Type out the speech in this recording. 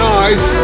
eyes